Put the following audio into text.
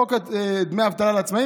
חוק דמי אבטלה לעצמאים,